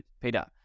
peter